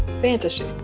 Fantasy